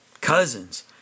cousins